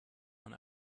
man